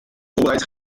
oberseits